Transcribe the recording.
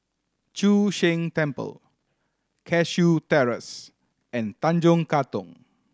Chu Sheng Temple Cashew Terrace and Tanjong Katong